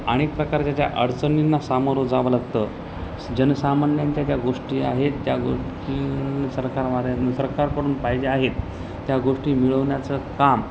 अनेक प्रकारच्या ज्या अडचणींना सामोरं जावं लागतं जनसामान्यांच्या ज्या गोष्टी आहेत त्या गोष्टी सरकारमा सरकारकडून पाहिजे आहेत त्या गोष्टी मिळवण्याचं काम